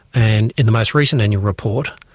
and in the most recent annual report,